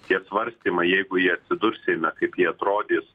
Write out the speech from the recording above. tie svartymai jeigu jie atsidurs seime kaip jie atrodys